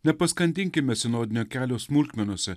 nepaskandinkime sinodinio kelio smulkmenose